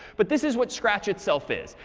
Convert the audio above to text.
but this is what scratch itself is.